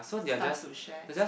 stuff to share